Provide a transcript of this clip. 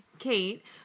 Kate